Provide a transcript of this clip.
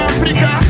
Africa